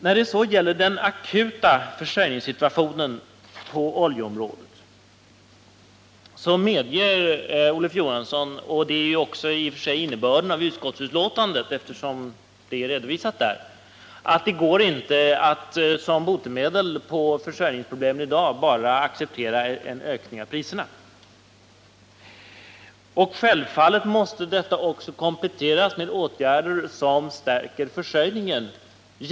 När det så gäller den akuta försörjningssituationen på oljeområdet så medger Olof Johansson, och det är också i och för sig innebörden i utskottets betänkande, att det inte går att som botemedel mot dagens försörjningsproblem bara acceptera en ökning av priserna. Självfallet måste det också kompletteras med åtgärder som stärker försörjningen.